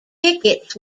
tickets